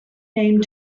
named